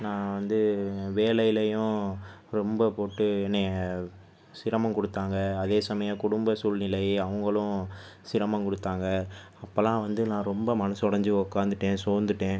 நான் வந்து வேலையிலேயும் ரொம்ப போட்டு என்னைய சிரமம் கொடுத்தாங்க அதே சமயம் குடும்ப சூழ்நிலை அவங்களும் சிரமம் கொடுத்தாங்க அப்போலாம் வந்து நான் ரொம்ப மனசு உடஞ்சி உட்காந்துட்டேன் சோர்ந்துட்டேன்